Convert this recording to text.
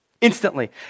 Instantly